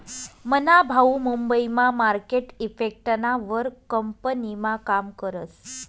मना भाऊ मुंबई मा मार्केट इफेक्टना वर कंपनीमा काम करस